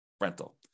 rental